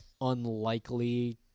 unlikely